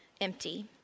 empty